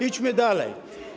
Idźmy dalej.